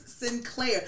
Sinclair